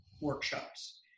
workshops